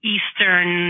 Eastern